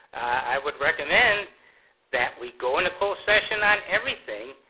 i would recommend that we go into closed session on everything,